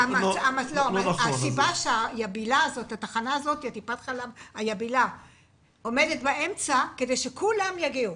עומדת שם באמצע טיפת חלב יבילה כדי שכולם יגיעו.